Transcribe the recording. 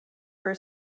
for